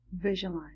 Visualize